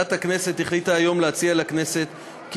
ועדת הכנסת החליטה היום להציע לכנסת כי